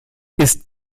ist